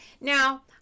now